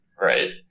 Right